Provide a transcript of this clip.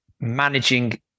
managing